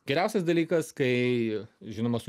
geriausias dalykas kai žinoma